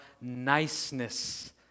niceness